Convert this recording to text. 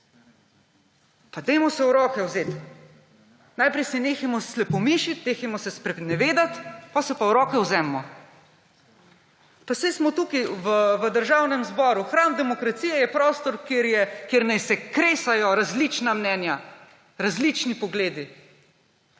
Pa dajmo se v roke vzeti! Najprej se nehajmo slepomišiti, nehajmo se sprenevedati, potem se pa v roke vzemimo. Pa saj smo tukaj v Državnem zboru. Hram demokracije je prostor, kjer naj se krešejo različna mnenja, različni pogledi,